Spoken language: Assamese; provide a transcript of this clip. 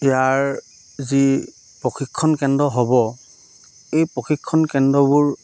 ইয়াৰ যি প্ৰশিক্ষণ কেন্দ্ৰ হ'ব এই প্ৰশিক্ষণ কেন্দ্ৰবোৰ